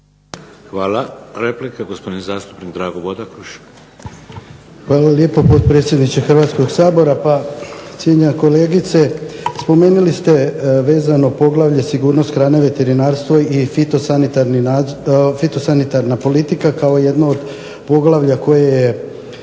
Hvala. Replika, gospodin zastupnik Drago Bodakoš. **Bodakoš, Dragutin (SDP)** Hvala lijepa potpredsjedniče Hrvatskog sabora. Pa cijenjena kolegice spomenuli ste vezano Poglavlje – Sigurnost hrane, veterinarstvo i fitosanitarna politika kao jedno od poglavlja koje je